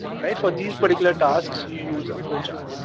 alright? for these particular tasks, you use a flow chart.